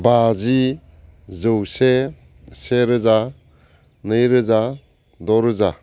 बाजि जौसे सेरोजा नैरोजा द'रोजा